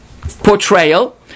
portrayal